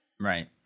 Right